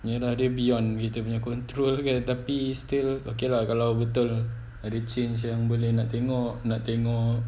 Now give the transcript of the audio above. ya lah dia beyond kita punya control kan tapi still okay lah kalau betul ada change yang boleh nak tengok nak tengok